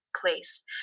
place